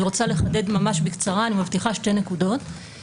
אני מבקש לא לענות לשאלות האלה שנשאלו.